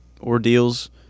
ordeals